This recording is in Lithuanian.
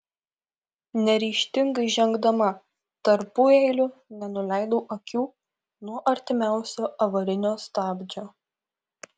neryžtingai žengdama tarpueiliu nenuleidau akių nuo artimiausio avarinio stabdžio